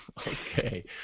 Okay